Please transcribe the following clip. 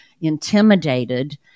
intimidated